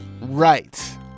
Right